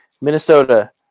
minnesota